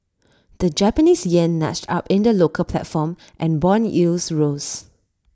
the Japanese Yen nudged up in the local platform and Bond yields rose